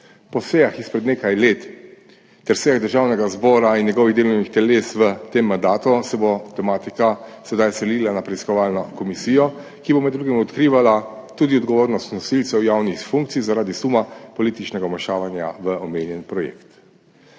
Po sejah izpred nekaj let ter sejah Državnega zbora in njegovih delovnih teles v tem mandatu se bo tematika sedaj selila na preiskovalno komisijo, ki bo med drugim odkrivala tudi odgovornost nosilcev javnih funkcij zaradi suma političnega vmešavanja v omenjeni projekt.